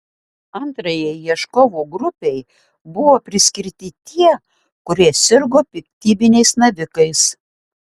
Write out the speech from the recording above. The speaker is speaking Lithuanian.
antrajai ieškovų grupei buvo priskirti tie kurie sirgo piktybiniais navikais